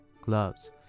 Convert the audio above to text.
Gloves